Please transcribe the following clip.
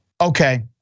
Okay